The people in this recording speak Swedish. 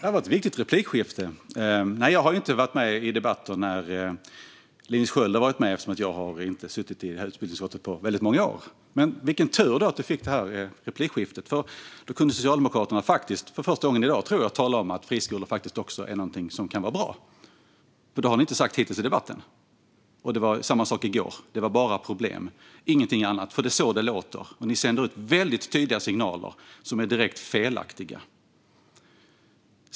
Herr talman! Det här var ett viktigt replikskifte. Jag har inte varit med i debatter med Linus Sköld, eftersom jag inte har suttit i utbildningsutskottet på många år. Men det var tur att vi fick ha det här replikskiftet. Nu kunde Socialdemokraterna, för första gången i dag tror jag, tala om att friskolor också kan vara något bra. Det har ni inte sagt hittills i debatten. Det var samma sak i går. Det var bara problem, ingenting annat. Det är så det låter. Ni sänder väldigt tydliga signaler som är direkt felaktiga.